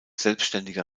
selbständiger